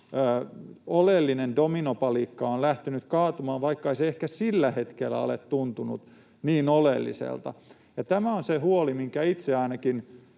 oleellinen dominopalikka on lähtenyt kaatumaan, vaikka ei se ehkä sillä hetkellä ole tuntunut niin oleelliselta. Tämä on se huoli, minkä itse ainakin